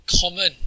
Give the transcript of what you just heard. common